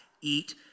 eat